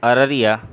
Araria